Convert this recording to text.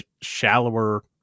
shallower